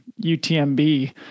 UTMB